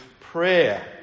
prayer